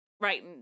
right